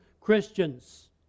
Christians